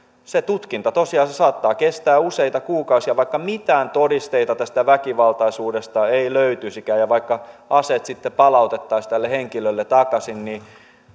se tutkinta tosiaan saattaa kestää useita kuukausia vaikka mitään todisteita tästä väkivaltaisuudesta ei löytyisikään ja vaikka aseet sitten palautettaisiin tälle henkilölle takaisin niin